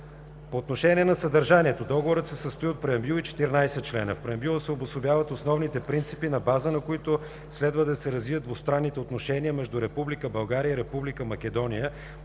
По отношение на съдържанието Договорът се състои от преамбюл и 14 члена. В преамбюла се обособяват основните принципи, на база на които следва да се развият двустранните отношения между Република България и Република Македония.